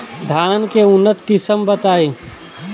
धान के उन्नत किस्म बताई?